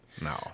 No